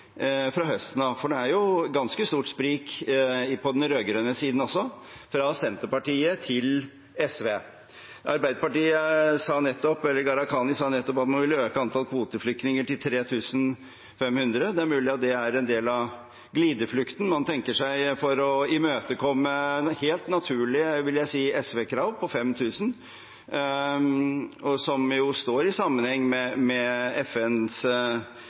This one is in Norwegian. fra høsten av, for det er ganske stort sprik på den rød-grønne siden også, fra Senterpartiet til SV. Gharahkhani sa nettopp at de ville øke antallet kvoteflyktninger til 3 500. Det er mulig at det er en del av glideflukten man tenker seg for å imøtekomme helt naturlige SV-krav om 5 000, som står i sammenheng med FNs anmodninger, som jeg tror at også Arbeiderpartiet står